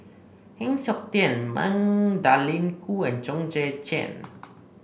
Heng Siok Tian Magdalene Khoo and Chong Tze Chien